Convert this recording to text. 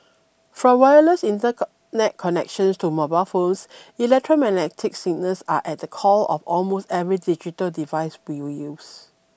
from wireless inter net connections to mobile phones electromagnetic signals are at the core of almost every digital device we use